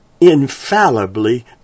infallibly